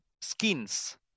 skins